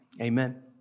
Amen